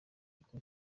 uko